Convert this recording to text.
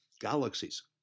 galaxies